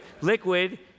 Liquid